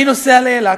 אני נוסע לאילת.